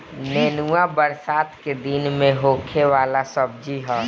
नेनुआ बरसात के दिन में होखे वाला सब्जी हअ